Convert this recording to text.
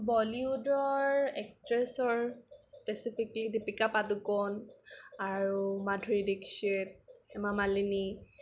বলীউডৰ একট্ৰেছৰ স্পেছিফিকেলি দীপিকা পাডুকন আৰু মাধুৰী দীক্ষিত হেমা মালিনী